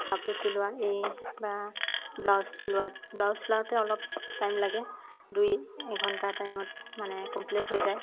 কাপোৰ চিলোৱা এই বা ব্লাউজ চিলোৱাত ব্লাউজ চিলাওঁতে অলপ টাইম লাগে দুই এঘণ্টা টাইমত মানে কমপ্লিট হৈ যায়